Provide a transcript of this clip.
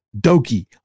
Doki